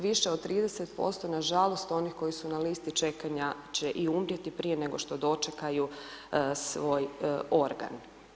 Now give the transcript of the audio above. Više od 30% nažalost onih koji su na listi čekanja će i umrijeti prije nego što dočekaju svoj organ.